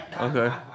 Okay